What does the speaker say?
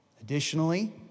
Additionally